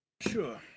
Sure